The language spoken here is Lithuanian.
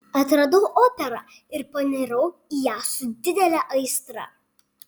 atradau operą ir panirau į ją su didele aistra